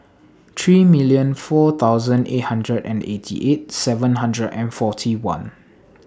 three million four thousand eighty hundred and eighty eight seven hundred and forty one